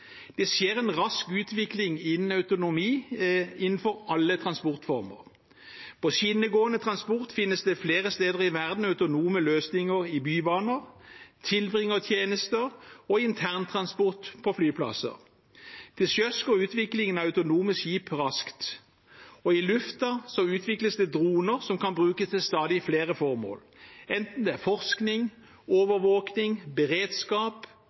Det skjer en rask utvikling innen autonomi innenfor alle transportformer. På skinnegående transport finnes det flere steder i verden autonome løsninger i bybaner, tilbringertjenester og i intern transport på flyplasser. Til sjøs går utviklingen av autonome skip raskt. I luften utvikles det droner som kan brukes til stadig flere formål, enten det er forskning, overvåkning, beredskap,